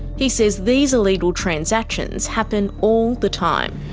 he says these illegal transactions happen all the time.